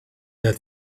that